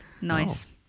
Nice